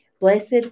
Blessed